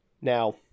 now